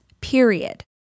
period